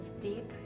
deep